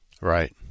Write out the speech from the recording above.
Right